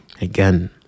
again